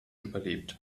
überlebt